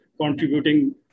contributing